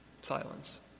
silence